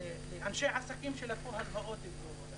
בגלל אנשי עסקים שלקחו הלוואות גבוהות.